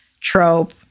trope